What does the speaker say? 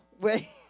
Wait